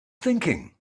thinking